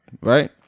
right